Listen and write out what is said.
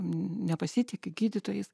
nepasitiki gydytojais